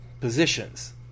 positions